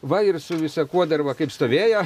va ir su visa kuo dar va kaip stovėjo